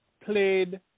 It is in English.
played